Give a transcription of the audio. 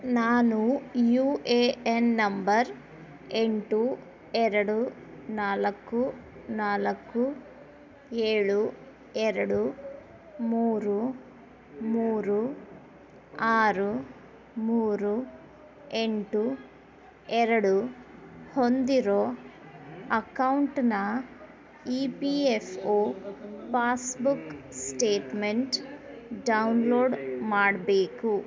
ನಾನು U A N number ಎಂಟು ಎರಡು ನಾಲ್ಕು ನಾಲ್ಕು ಏಳು ಎರಡು ಮೂರು ಮೂರು ಆರು ಮೂರು ಎಂಟು ಎರಡು ಹೊಂದಿರೋ ಅಕೌಂಟ್ನ E P F O passbook statement download ಮಾಡಬೇಕು